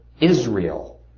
Israel